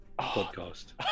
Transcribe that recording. Podcast